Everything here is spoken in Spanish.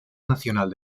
nacional